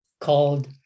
called